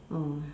oh